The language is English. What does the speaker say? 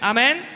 Amen